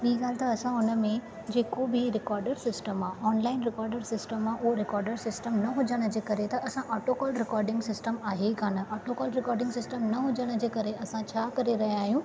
ॿिई ॻाल्हि त असां उन में जेको बि रिकॉडेड सिस्टम आहे ऑनलाइन रिकॉडेड सिस्टम आहे उहो रिकॉडेड सिस्टम न हुजण जे करे त असां ऑटोकाल रिकॉडिंग सिस्टम आहे कान ऑटोकाल रिकॉडिंग सिस्टम न हुजण जे करे असां छा करे रहिया आहियूं